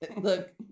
Look